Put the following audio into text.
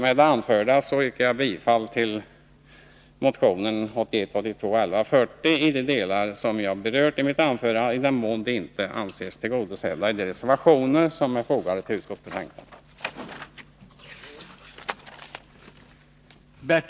Med det anförda yrkar jag bifall till motion 1981/82:1140 i de delar som jag berört i mitt anförande, i den mån de inte kan anses tillgodosedda i de reservationer som är fogade till utskottsbetänkandet.